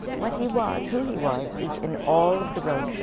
what he was, who he was, is in all of the road shows,